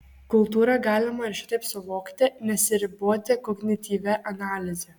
kultūrą galima ir šitaip suvokti nesiriboti kognityvia analize